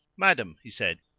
madam, he said,